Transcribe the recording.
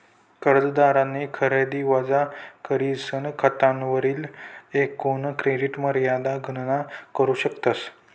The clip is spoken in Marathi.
कर्जदारनी खरेदी वजा करीसन खातावरली एकूण क्रेडिट मर्यादा गणना करू शकतस